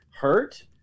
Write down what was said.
hurt